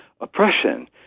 oppression